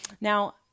Now